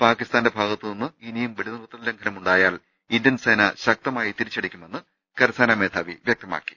പാകി സ്താന്റെ ഭാഗത്തുനിന്ന് ഇനിയും വെടിനിർത്തൽ ലംഘനമുണ്ടായാൽ ഇന്ത്യൻസേന ശക്തമായി തിരിച്ചടിക്കുമെന്നും കരസേന മേധാവി വൃക്ത മാക്കി